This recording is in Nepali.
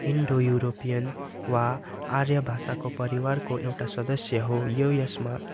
इन्डो युरोपियन वा आर्य भाषाको परिवारको एउटा सदस्य हो यो यसमा